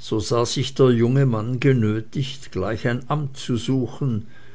so sah sich der junge mann genötigt gleich ein amt zu suchen